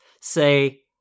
say